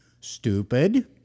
Stupid